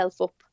up